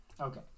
okay